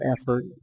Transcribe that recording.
effort